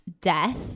death